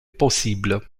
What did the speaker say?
possible